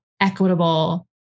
equitable